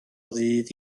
ddydd